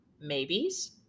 maybes